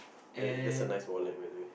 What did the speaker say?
uh that's a nice wallet by the way